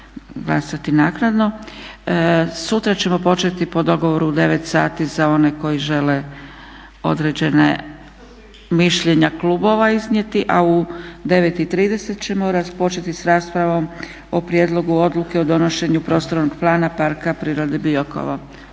glasat će naknadno. Sutra ćemo početi po dogovoru u 9,00 sati za one koji žele određene mišljenja klubova iznijeti, a u 9,30 početi sa raspravom o Prijedlogu odluke o donošenju Prostornog plana Parka prirode Biokovo.